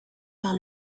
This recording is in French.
par